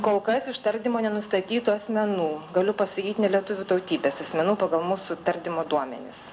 kol kas iš tardymo nenustatytų asmenų galiu pasakyti nelietuvių tautybės asmenų pagal mūsų tardymo duomenis